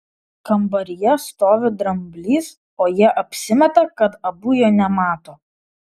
kambaryje stovi dramblys o jie apsimeta kad abu jo nemato